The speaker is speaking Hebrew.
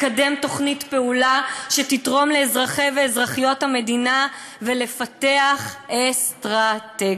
לקדם תוכנית פעולה שתתרום לאזרחי ואזרחיות המדינה ולפתח אסטרטגיה.